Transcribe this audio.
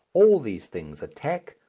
all these things attack,